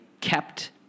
kept